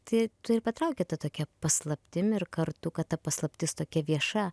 tai tai ir patraukė ta tokia paslaptim ir kartu kad ta paslaptis tokia vieša